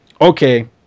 Okay